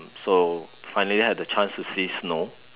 so finally had the chance to see snow